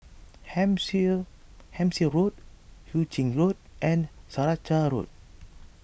Hampshire Road Hu Ching Road and Saraca Road